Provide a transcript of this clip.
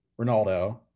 Ronaldo